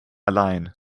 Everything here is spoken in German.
allein